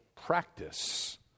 practice